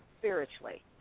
spiritually